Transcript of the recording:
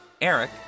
Eric